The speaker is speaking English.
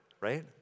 Right